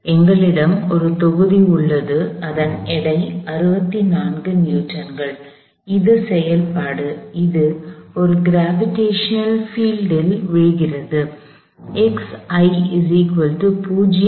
எங்களிடம் ஒரு தொகுதி உள்ளது அதன் எடை 64 நியூட்டன்கள் அது செயல்பாடு அது ஒரு கிராவிடஷனல் பில்ட் ல் gravitational fieldஈர்ப்பு புலம் விழுகிறது